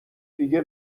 دیگه